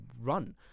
run